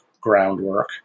groundwork